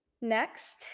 Next